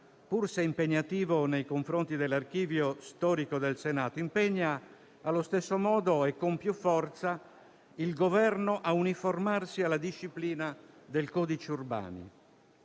pur se impegnativo nei confronti dell'Archivio storico del Senato, impegna allo stesso modo e con più forza il Governo a uniformarsi alla disciplina del codice Urbani.